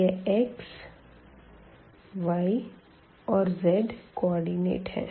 यह x y और z coordinate है